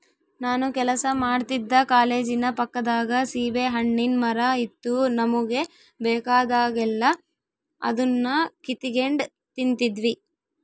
ನಾನು ಕೆಲಸ ಮಾಡ್ತಿದ್ದ ಕಾಲೇಜಿನ ಪಕ್ಕದಾಗ ಸೀಬೆಹಣ್ಣಿನ್ ಮರ ಇತ್ತು ನಮುಗೆ ಬೇಕಾದಾಗೆಲ್ಲ ಅದುನ್ನ ಕಿತಿಗೆಂಡ್ ತಿಂತಿದ್ವಿ